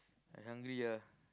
I hungry ah